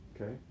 okay